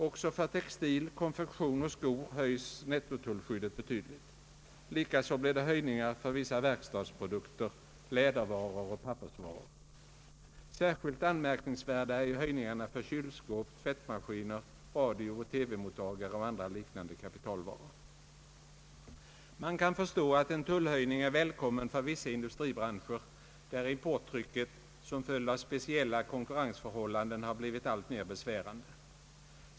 Också för textil, konfektion och skor höjs nettotullskyddet betydligt. Likaså blir det höjningar för vissa verkstadsprodukter, lädervaror och pappersvaror. Särskilt anmärkningsvärda är höjningarna för kylskåp, tvättmaskiner, radiooch TV-mottagare och andra liknande kapitalvaror. Man kan förstå att en tullhöjning är välkommen för vissa industribranscher, där importtrycket som följd av specieila konkurrensförhållanden har blivit alltmer besvärande.